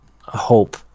Hope